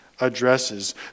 Addresses